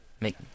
Make